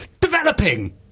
developing